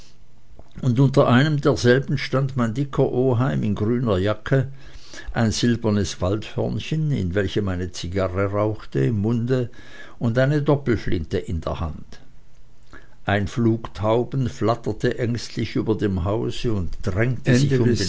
und unter einem derselben stand mein dicker oheim in grüner jacke ein silbernes waldhörnchen in welchem eine zigarre rauchte im munde und eine doppelflinte in der hand ein flug tauben flatterte ängstlich über dem hause und drängte